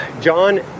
john